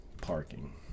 parking